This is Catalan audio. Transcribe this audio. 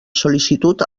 sol·licitud